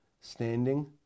standing